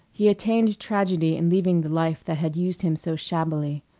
he attained tragedy in leaving the life that had used him so shabbily.